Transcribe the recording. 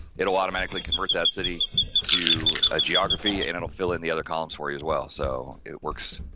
it'll automatically convert that city to a geography and it'll fill in the other columns for you as well so, it works,